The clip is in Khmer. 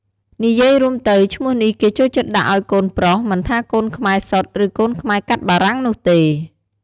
និយាយរួមទៅឈ្មោះនេះគេចូលចិត្តដាក់អោយកូនប្រុសមិនថាកូនខ្មែរសុទ្ធ ឬកូនខ្មែរកាត់បារាំងនោះទេ។